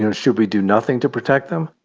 you know should we do nothing to protect them?